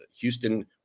Houston